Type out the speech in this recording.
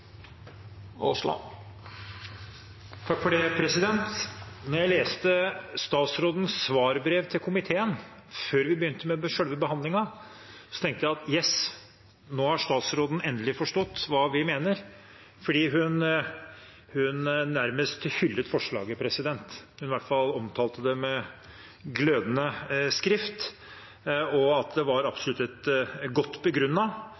jeg leste statsrådens svarbrev til komiteen, før vi begynte med selve behandlingen, tenkte jeg at nå har statsråden endelig forstått hva vi mener, fordi hun nærmest hyllet forslaget. Hun omtalte det i hvert fall i glødende ordelag, sa at det absolutt var et godt